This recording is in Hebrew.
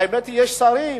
האמת היא, יש שרים,